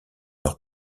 leur